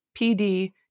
PD